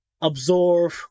absorb